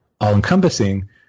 all-encompassing